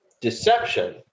Deception